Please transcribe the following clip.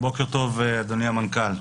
בוקר טוב, אדוני המנכ"ל.